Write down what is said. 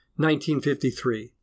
1953